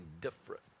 different